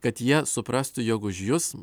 kad jie suprastų jog už jus